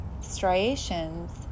striations